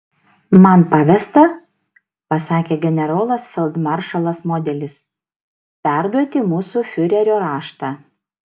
man pavesta pasakė generolas feldmaršalas modelis perduoti mūsų fiurerio raštą